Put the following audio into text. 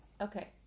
Okay